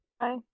Hi